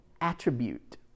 attribute